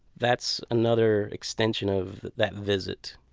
that's another extension of that visit.